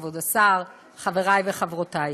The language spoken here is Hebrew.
כבוד השר, חברי וחברותי,